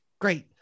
great